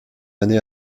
année